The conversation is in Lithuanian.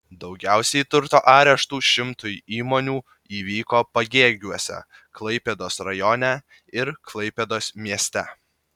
daugiausiai turto areštų šimtui įmonių įvyko pagėgiuose klaipėdos rajone ir klaipėdos mieste